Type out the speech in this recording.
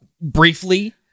Briefly